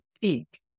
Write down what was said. Peak